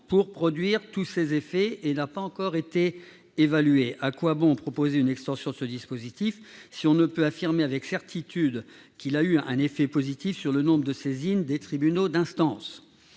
avoir produit tous ses effets et n'a pas encore été évalué. À quoi bon proposer une extension de ce dispositif, si l'on ne peut affirmer avec certitude qu'il a eu un effet positif sur le nombre de saisines des tribunaux d'instance ?